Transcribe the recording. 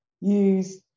use